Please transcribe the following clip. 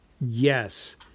Yes